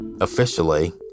Officially